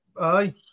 aye